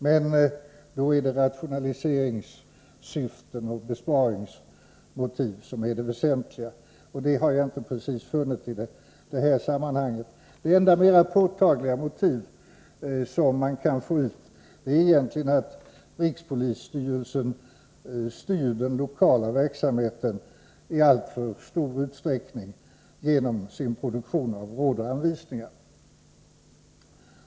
Men då är det rationaliseringssyften och besparingsmotiv som är det väsentliga, och sådana syften har jaginte direkt funnit i detta sammanhang. Det enda mer påtagliga motiv som man kan få ut är egentligen att rikspolisstyrelsen styr den lokala verksamheten ialltför'/stor utsträckning genom sin produktion av råd och anvisningar.